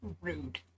Rude